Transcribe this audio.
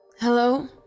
Hello